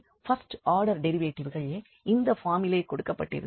இங்கே first order டெரிவேட்டிவ்கள் இந்த பார்மிலே கொடுக்கப்பட்டிருக்கலாம்